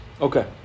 Okay